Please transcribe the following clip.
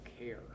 care